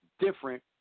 different